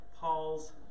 Paul's